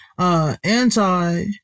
Anti